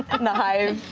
and the hive